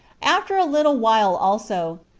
after a little while also,